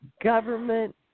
government